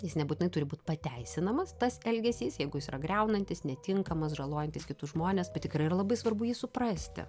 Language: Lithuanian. jis nebūtinai turi būt pateisinamas tas elgesys jeigu jis yra griaunantis netinkamas žalojantis kitus žmones bet tikrai yra labai svarbu jį suprasti